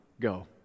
go